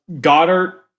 Goddard